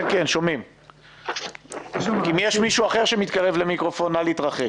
לכן עוד לפני שהגענו לוועדה יצרנו קרן למרות שהוועדה עוד לא התכנסה.